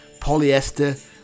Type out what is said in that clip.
polyester